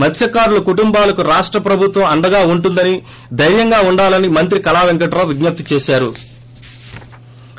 మత్స్యకారుల కుటుంబాలకు రాష్ట ప్రభుత్వం అండగా ఉంటుందని దైర్యంగా ఉండాలని మంత్రి కళా పెంకటరావు వీజ్ఞప్తి చేశారు